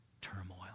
turmoil